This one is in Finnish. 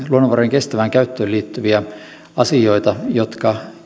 luonnonvarojen kestävään käyttöön liittyviä asioita jotka